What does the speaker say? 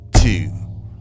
two